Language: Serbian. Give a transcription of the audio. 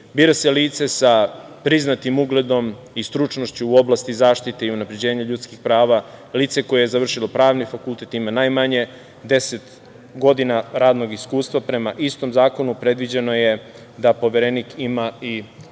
bira se lice sa priznatim ugledom i stručnošću u oblasti zaštite i unapređenje ljudskih prava, lice koje je završilo Pravni fakultet, ima najmanje 10 godina radnog iskustva. Prema istom zakonu predviđeno je da Poverenik ima i